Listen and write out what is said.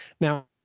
Now